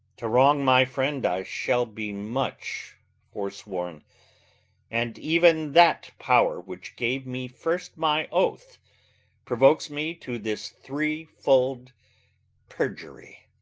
to wrong my friend, i shall be much forsworn and ev'n that pow'r which gave me first my oath provokes me to this threefold perjury